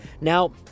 Now